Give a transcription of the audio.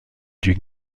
duc